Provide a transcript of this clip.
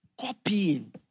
Copying